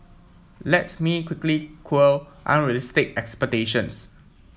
let's me quickly quell unrealistic expectations